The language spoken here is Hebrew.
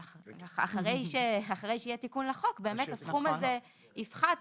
אחרי שיהיה תיקון לחוק באמת הסכום הזה יפחת.